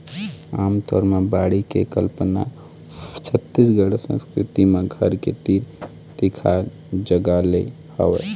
आमतौर म बाड़ी के कल्पना छत्तीसगढ़ी संस्कृति म घर के तीर तिखार जगा ले हवय